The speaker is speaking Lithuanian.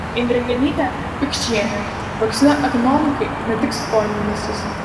indrė genytė pikčienė vakcina ekonomikai ne tik skolinimasis